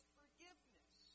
forgiveness